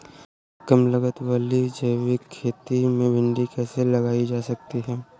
कम लागत वाली जैविक खेती में भिंडी कैसे लगाई जा सकती है?